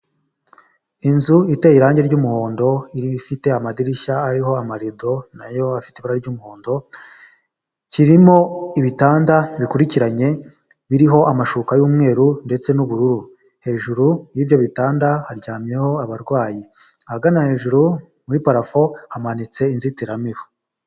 Inzu iteye irangi ry'umuhondo iri ifite amadirishya ariho amarido nayofite ibara ry'umuhondo kirimo ibitanda bikurikiranye biriho amashuka y'umweru ndetse n'ubururu hejuru y'ibyo bitanda haryamyeho abarwayi ahagana hejuru muri parafo hamanitse inzitiramibu.